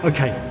Okay